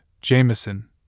Jameson